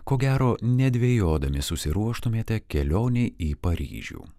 ko gero nedvejodami susiruoštumėte kelionei į paryžių